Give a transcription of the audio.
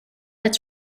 its